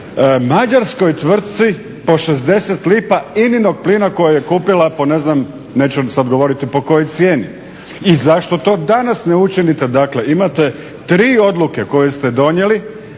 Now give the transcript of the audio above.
mađarskoj tvrci po 60 lipa INA-inog plina kojeg je kupila po ne znam, neću sada govoriti po kojoj cijeni i zašto to danas ne učinite. Dakle, imate tri odluke koje ste donijeli